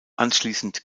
anschließend